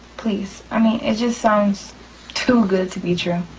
please, i mean it just sounds too good to be true.